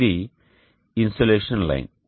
ఇది insolation line